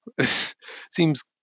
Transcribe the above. Seems